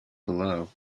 below